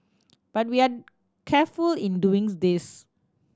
but we are careful in doing this